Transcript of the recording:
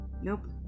Nope